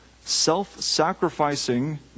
self-sacrificing